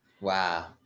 Wow